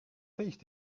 feest